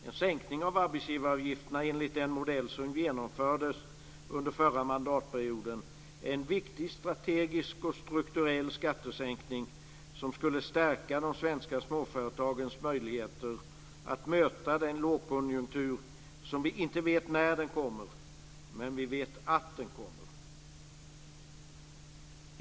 En sänkning av arbetsgivaravgifterna enligt den modell som genomfördes under förra mandatperioden är en viktig strategisk och strukturell skattesänkning som skulle stärka de svenska småföretagens möjligheter att möta den lågkonjunktur som vi inte vet när den kommer, men vi vet att den kommer.